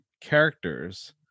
characters